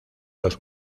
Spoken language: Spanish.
los